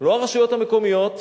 לא הרשויות המקומיות,